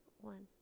One